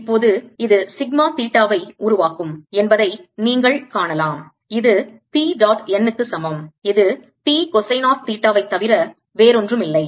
இப்போது இது சிக்மா தீட்டாவை உருவாக்கும் என்பதை நீங்கள் காணலாம் இது P டாட் n க்கு சமம் இது P cosine of தீட்டாவை தவிர வேறொன்றுமில்லை